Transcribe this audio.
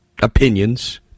opinions